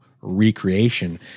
recreation